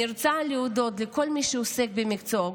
אני רוצה להודות לכל מי שעוסק במקצוע,